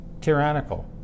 tyrannical